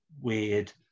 weird